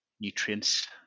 nutrients